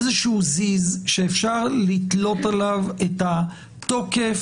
איזשהו זיז שאפשר לתלות עליו את התוקף.